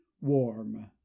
warm